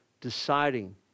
deciding